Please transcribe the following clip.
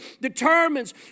determines